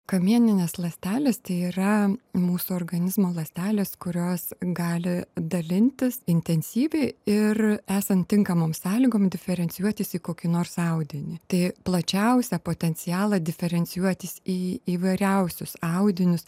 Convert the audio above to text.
kamieninės ląstelės tai yra mūsų organizmo ląstelės kurios gali dalintis intensyviai ir esant tinkamom sąlygom diferencijuotis į kokį nors audinį tai plačiausią potencialą diferencijuotis į įvairiausius audinius